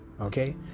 okay